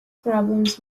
problems